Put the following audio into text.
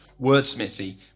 wordsmithy